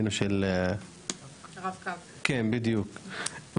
של "רב-קו" למשל,